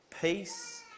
peace